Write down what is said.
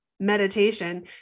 meditation